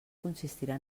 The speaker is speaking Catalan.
consistirà